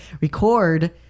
record